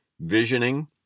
visioning